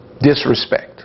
disrespect